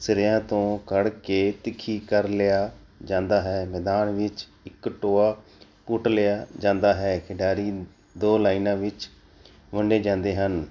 ਸਿਰਿਆਂ ਤੋਂ ਘੜ ਕੇ ਤਿੱਖੀ ਕਰ ਲਿਆ ਜਾਂਦਾ ਹੈ ਮੈਦਾਨ ਵਿੱਚ ਇੱਕ ਟੋਆ ਪੁੱਟ ਲਿਆ ਜਾਂਦਾ ਹੈ ਖਿਡਾਰੀ ਦੋ ਲਾਈਨਾਂ ਵਿੱਚ ਵੰਡੇ ਜਾਂਦੇ ਹਨ